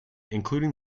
including